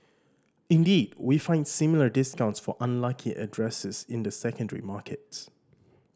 indeed we find similar discounts for unlucky addresses in the secondary markets